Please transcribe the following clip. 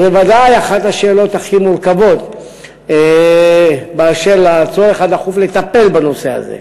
ובוודאי אחת השאלות הכי מורכבות באשר לצורך הדחוף לטפל בנושא הזה.